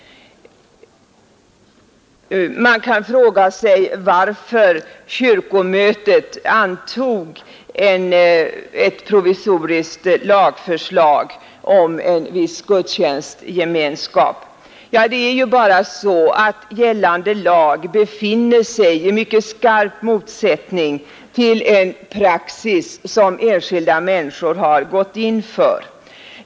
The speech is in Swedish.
Man kan fråga sig varför kyrkomötet antog ett förslag till provisorisk lag om en viss gudstjänstgemenskap vid ekumeniska tillfällen. Ja, förhållandet är ju det att gällande lag befinner sig i mycket skarp motsättning till en praxis som enskilda människor har gått in för.